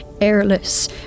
airless